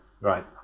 right